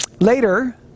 Later